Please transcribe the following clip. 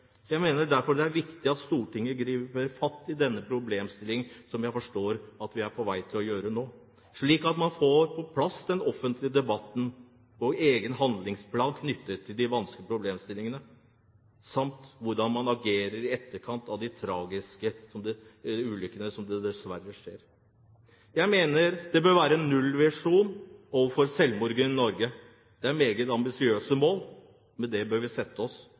Jeg mener derfor det er viktig at Stortinget griper fatt i denne problemstillingen, slik jeg forstår vi er på vei til å gjøre nå, og får på plass en offentlig debatt og en egen handlingsplan knyttet til de vanskelige problemstillingene samt hvordan man agerer i etterkant av de tragiske ulykkene, som dessverre skjer. Jeg mener det bør være en nullvisjon når det gjelder selvmord i Norge. Det er et meget ambisiøst mål, men det bør vi sette oss.